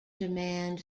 demand